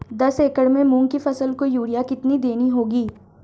दस एकड़ में मूंग की फसल को यूरिया कितनी देनी होगी?